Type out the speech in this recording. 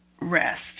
rest